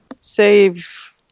save